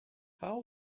how